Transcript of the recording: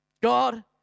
God